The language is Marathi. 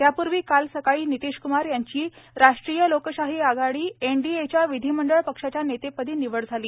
त्यापूर्वी काल सकाळी नितीशक्मार यांची राष्ट्रीय लोकशाही आघाडी एनडीएच्या विधिमंडळ पक्षाच्या नेतेपदी निवड झाली